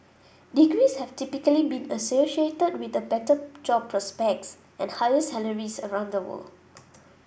degrees have typically been associated with better job prospects and higher salaries around the world